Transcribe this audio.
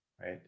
right